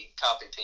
copy